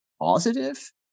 positive